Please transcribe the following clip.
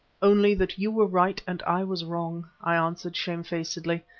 only that you were right and i was wrong, i answered shamefacedly.